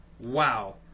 Wow